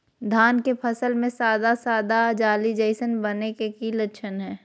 धान के फसल में सादा सादा जाली जईसन बने के कि लक्षण हय?